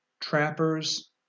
trappers